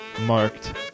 marked